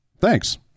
thanks